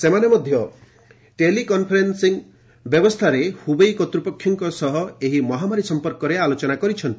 ସେମାନେ ମଧ୍ୟ tele conference ବ୍ୟବସ୍ଥାରେ ହୁବେଇ କର୍ତ୍ତପକ୍ଷଙ୍କ ସହ ଏହି ମହାମାରୀ ସମ୍ପର୍କରେ ଆଲୋଚନା କରିଛନ୍ତି